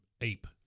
ape